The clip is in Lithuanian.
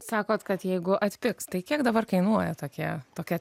sakot kad jeigu atpigs tai kiek dabar kainuoja tokia tokia